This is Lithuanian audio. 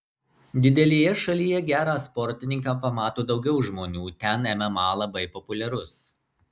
didelėje šalyje gerą sportininką pamato daugiau žmonių ten mma labai populiarus